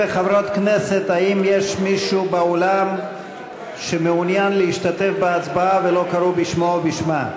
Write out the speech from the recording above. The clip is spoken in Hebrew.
האם יש מישהו באולם שמעוניין להשתתף בהצבעה ולא קראו בשמו או בשמה?